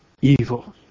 evil